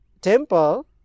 temple